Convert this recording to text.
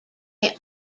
may